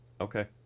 Okay